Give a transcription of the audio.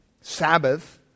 Sabbath